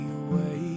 away